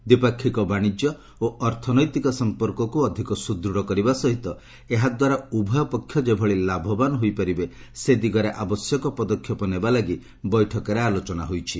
ଦ୍ୱିପାକ୍ଷିକ ବାଣିଜ୍ୟ ଓ ଅର୍ଥନୈତିକ ସଂପର୍କକୁ ଅଧିକ ସୁଦୃଢ଼ କରିବା ସହିତ ଏହାଦ୍ୱାରା ଉଭୟ ପକ୍ଷ ଯେଭଳି ଲାଭବାନ ହୋଇପାରିବେ ସେ ଦିଗରେ ଆବଶ୍ୟକ ପଦକ୍ଷେପ ନେବା ଲାଗି ଏହି ବୈଠକରେ ଆଲୋଚନା ହୋଇଛି